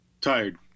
tired